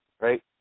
right